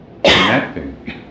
connecting